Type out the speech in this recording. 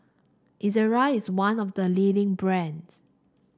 Ezerra is one of the leading brands